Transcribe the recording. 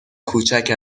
کوچک